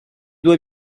due